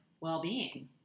well-being